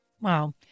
Wow